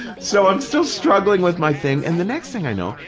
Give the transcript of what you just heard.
so, i'm still struggling with my thing, and the next thing i know,